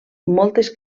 moltes